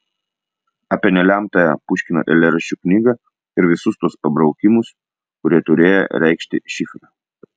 apie nelemtąją puškino eilėraščių knygą ir visus tuos pabraukymus kurie turėję reikšti šifrą